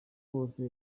bose